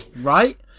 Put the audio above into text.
Right